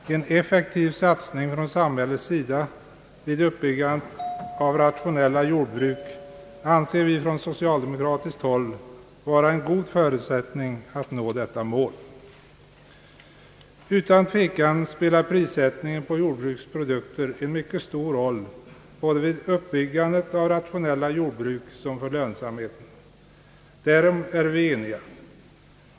En effektiv satsning från samhällets sida vid uppbyggandet av rationelia jordbruk anser vi från socialdemokratiskt håll vara en god förutsättning för att nå detta mål. Utan tvekan spelar prissättningen på jordbrukets produkter en mycket stor roll både vid uppbyggandet av rationella jordbruk och för lönsamheten. Därom är vi eniga.